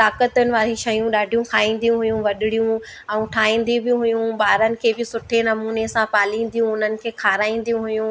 ताक़तउनि वारी शयूं ॾाढियूं खाईंदियूं हुइयूं वॾणियूं ऐं ठाईंदी बि हुइयूं ॿारनि खे बि सुठे नमूने सां पालिंदियूं उन्हनि खे खाराईंदियूं हुइयूं